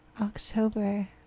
October